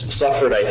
suffered